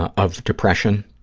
ah of depression.